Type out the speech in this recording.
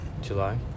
July